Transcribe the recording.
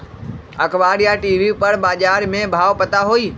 अखबार या टी.वी पर बजार के भाव पता होई?